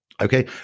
Okay